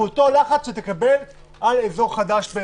הוא אותו לחץ שתקבל על אזור חדש.